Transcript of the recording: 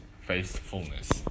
faithfulness